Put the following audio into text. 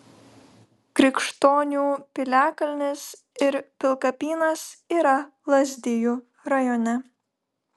krikštonių piliakalnis ir pilkapynas yra lazdijų rajone